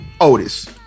Otis